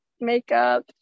makeup